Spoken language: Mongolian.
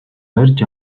барьж